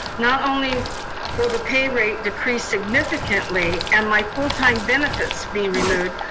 not only will the pay rate decrease significantly, and my full time benefits be removed,